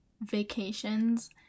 vacations